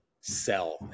sell